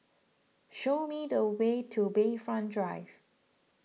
show me the way to Bayfront Drive